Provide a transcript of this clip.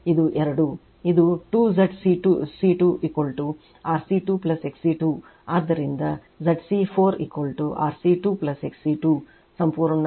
ಇದು 2 ಇದು 2ZC2 RC2 XC2 ಆದ್ದರಿಂದ ZC 4 RC2 XC2 ಸಂಪೂರ್ಣ 2